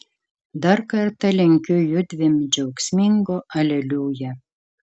dar kartą linkiu judviem džiaugsmingo aleliuja